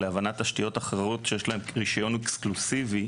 תשתיות אחרות שיש להן רישיון אקסקלוסיבי,